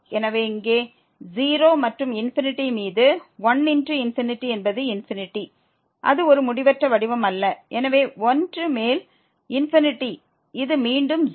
எனவே இங்கே 0 மற்றும் ∞ மீது 1 என்பது அது ஒரு முடிவற்ற வடிவம் அல்ல எனவே 1 மேல் ∞ இது மீண்டும் 0